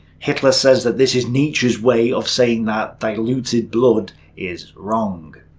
hitler says that this is nature's way of saying that diluted blood is wrong.